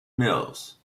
mills